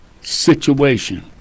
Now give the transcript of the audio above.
situation